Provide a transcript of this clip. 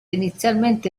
inizialmente